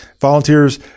Volunteers